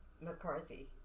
McCarthy